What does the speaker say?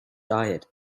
diet